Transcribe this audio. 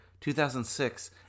2006